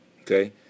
okay